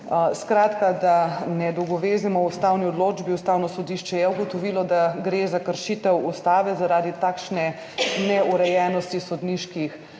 Skratka, da ne dolgovezimo, Ustavno sodišče je v ustavni odločbi ugotovilo, da gre za kršitev Ustave zaradi takšne neurejenosti sodniških